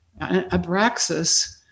Abraxas